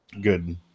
good